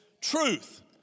truth